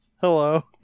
Hello